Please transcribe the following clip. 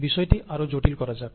বিষয়টি আরো জটিল করা যাক